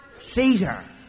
Caesar